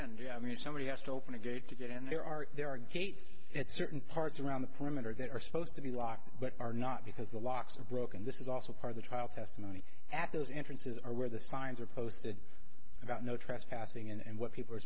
into i mean somebody has to open a gate to get in there are there are gates at certain parts around the perimeter that are supposed to be locked but are not because the locks are broken this is also part of the trial testimony at those entrances are where the signs are posted about no trespassing and what people are